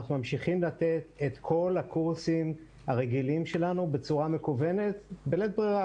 אנחנו ממשיכים לתת את כל הקורסים הרגילים שלנו בצורה מקוונת בלית ברירה,